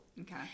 Okay